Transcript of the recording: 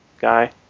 guy